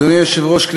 אדוני היושב-ראש,